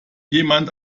jemand